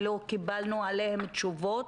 ולא קיבלנו עליהם תשובות.